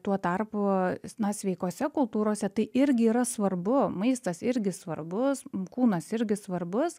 tuo tarpu s na sveikose kultūrose tai irgi yra svarbu maistas irgi svarbus kūnas irgi svarbus